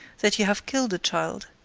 that you have killed a child.